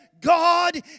God